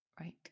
right